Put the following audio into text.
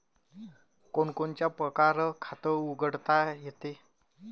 कोनच्या कोनच्या परकारं खात उघडता येते?